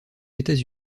états